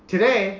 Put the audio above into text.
Today